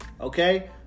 okay